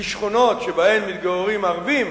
לשכונות שבהן מתגוררים ערבים